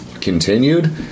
continued